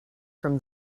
from